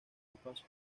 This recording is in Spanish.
espacio